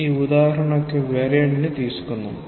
ఈ ఉదాహరణ యొక్క వేరియంట్ తీసుకుందాం